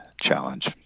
challenge